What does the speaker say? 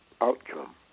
outcome